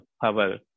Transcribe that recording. power